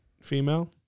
female